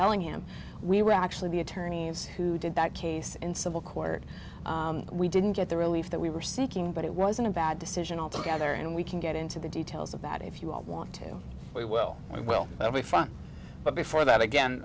bellingham we were actually be attorneys who did that case in civil court we didn't get the relief that we were seeking but it wasn't a bad decision all together and we can get into the details about if you all want to we will i will be fun but before that again